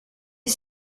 est